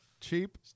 Cheap